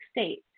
state